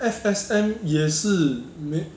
F_S_N 也是没